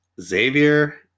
Xavier